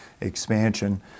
expansion